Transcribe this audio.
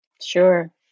Sure